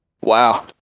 Wow